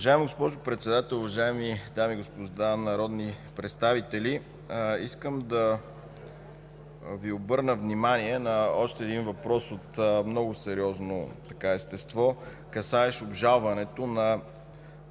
Уважаема госпожо Председател, уважаеми дами и господа народни представители, искам да Ви обърна внимание на още един въпрос от много сериозно естество, касаещ обжалването на